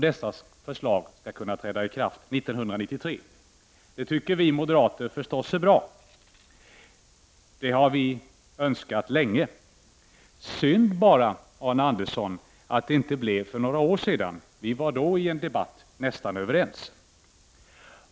Dessa förslag skall kunna träda i kraft 1993, och det tycker vi moderater förstås är bra. Det har vi önskat länge. Synd bara, Arne Andersson, att det inte blev för några år sedan. Vi var då i en debatt nästan överens.